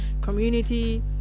community